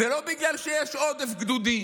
זה לא בגלל שיש עודף גדודים,